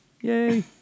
Yay